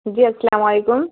جی السلام علیکم